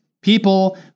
People